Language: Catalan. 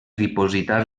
dipositar